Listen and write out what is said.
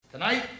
Tonight